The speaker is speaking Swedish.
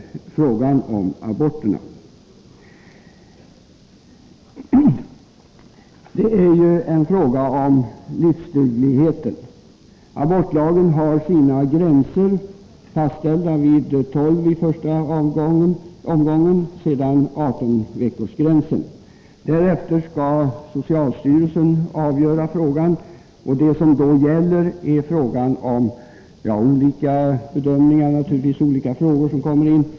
Abortlagens gränser har fastställts med hänsyn till livsdugligheten hos fostret. I abortlagen går gränsen vid tolv veckor i första omgången, och sedan kommer 18-veckorsgränsen. Därefter skall socialstyrelsen avgöra frågan; det är då fråga om att göra bedömningar i olika frågor som är av betydelse.